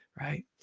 right